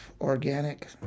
organic